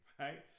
right